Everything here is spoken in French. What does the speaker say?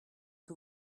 que